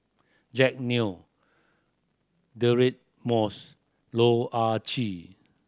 Jack Neo Deirdre Moss Loh Ah Chee